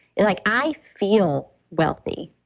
and like i feel wealthy.